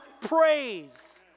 praise